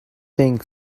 think